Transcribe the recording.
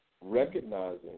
recognizing